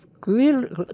clearly